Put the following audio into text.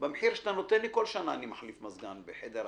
במחיר שאתה מציג לי אני יכול בכל שנה להחליף מזגן בחדר אחר".